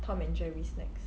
tom and jerry snacks